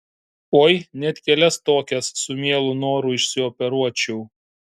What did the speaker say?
oi net kelias tokias su mielu noru išsioperuočiau